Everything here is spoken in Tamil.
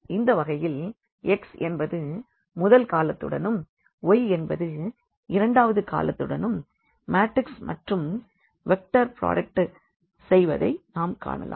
இந்த வகையில் x என்பது முதல் காலத்துடனும் y என்பது இரண்டாவது காலத்துடனும் மேட்ரிக்ஸ் மற்றும் வெக்டர் புராடக்ட் ஐ செய்வதை நாம் காணலாம்